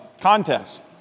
contest